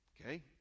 Okay